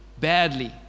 badly